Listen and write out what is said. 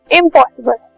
impossible